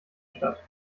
stadt